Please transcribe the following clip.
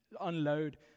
unload